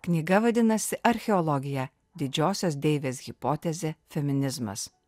knyga vadinasi archeologija didžiosios deivės hipotezė feminizmas